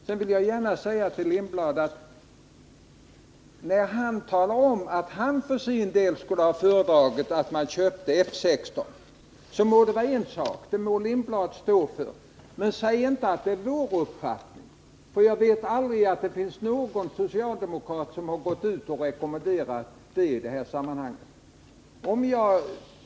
Sedan vill jag gärna säga till Hans Lindblad, att när han talar om att han för sin del skulle ha föredragit att man köpte F 16, så må det vara en sak — och det må han stå för — men säg inte att det är vår uppfattning! Såvitt jag vet har aldrig någon socialdemokrat rekommenderat detta.